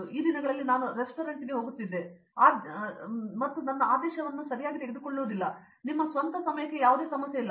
ಆದ್ದರಿಂದ ಈ ದಿನಗಳಲ್ಲಿ ನಾನು ರೆಸ್ಟಾರೆಂಟ್ಗೆ ಹೋಗುತ್ತಿದ್ದೆ ಮತ್ತು ನನ್ನ ಆದೇಶವನ್ನು ಸರಿಯಾಗಿ ತೆಗೆದುಕೊಳ್ಳುವುದಿಲ್ಲ ನಿಮ್ಮ ಸ್ವಂತ ಸಮಯಕ್ಕೆ ಯಾವುದೇ ಸಮಸ್ಯೆ ಇಲ್ಲ